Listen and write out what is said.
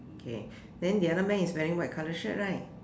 okay then the other man is wearing white colour shirt right